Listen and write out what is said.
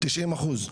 תשעים אחוז.